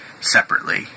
separately